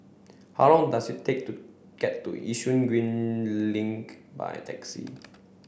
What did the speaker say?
how long does it take to get to Yishun Green Link by taxi